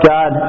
God